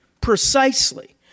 precisely